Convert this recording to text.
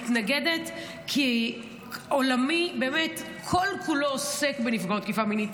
כי עולמי, כל-כולו עוסק בנפגעות תקיפה מינית.